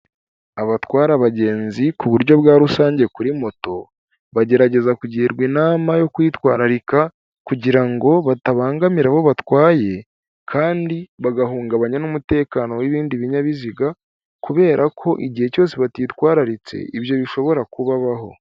Abatwara abagenzi ku buryo bwa rusange kuri moto, bagerageza kugirwa inama yo kwitwararika, kugira ngo batabangamira abo batwaye, kandi bagahungabanya n'umutekano w'ibindi binyabiziga, kubera ko igihe cyose batitwararitse ibyo bishobora kubabaho.